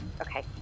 Okay